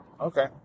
Okay